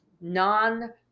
non-